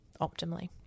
optimally